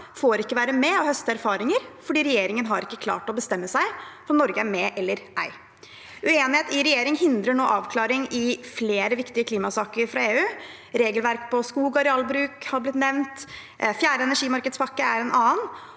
får ikke være med og høste erfaringer fordi regjeringen ikke har klart å bestemme seg for om Norge er med eller ei. Uenighet i regjeringen hindrer nå avklaring i flere viktige klimasaker fra EU. Regelverk på skog- og arealbruk har blitt nevnt. Fjerde energimarkedspakke er en annen